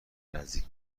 نزدیک